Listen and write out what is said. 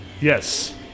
Yes